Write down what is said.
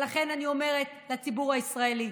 ולכן אני אומרת לציבור הישראלי: